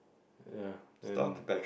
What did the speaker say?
ya and